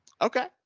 Okay